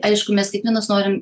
aišku mes kiekvienas norim